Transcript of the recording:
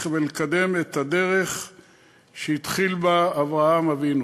ולקדם את הדרך שהתחיל בה אברהם אבינו".